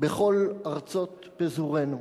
בכל ארצות פזוריו,